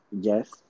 yes